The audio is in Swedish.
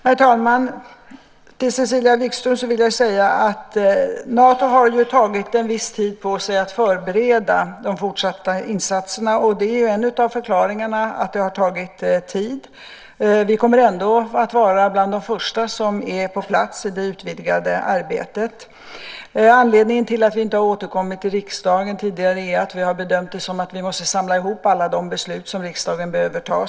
Herr talman! Till Cecilia Wigström vill jag säga att Nato har tagit en viss tid på sig att förbereda de fortsatta insatserna. Det är en av förklaringarna till att det har tagit tid. Vi kommer ändå att vara bland de första som är på plats i det utvidgade arbetet. Anledningen till att vi inte har återkommit till riksdagen tidigare är att vi har bedömt att vi måste samla ihop alla de beslut som riksdagen behöver ta.